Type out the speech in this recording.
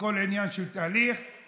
הכול עניין של תהליך,